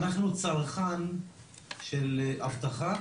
אנחנו צרכן של אבטחה